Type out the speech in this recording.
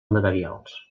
materials